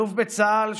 אלוף בצה"ל,